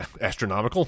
astronomical